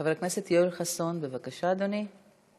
חבר הכנסת יואל חסון, בבקשה, אדוני.